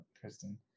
Kristen